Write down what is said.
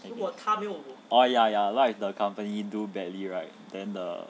oh ya ya what if like the company do badly right then the